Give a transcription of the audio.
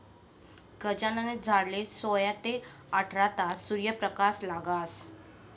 गांजाना झाडले सोया ते आठरा तास सूर्यप्रकाश लागस